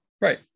Right